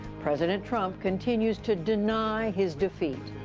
president trump continues to deny his defeat.